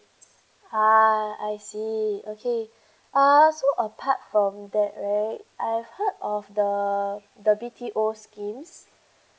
ah I see okay uh so apart from that right I've heard of the the the B_T_O schemes